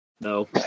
No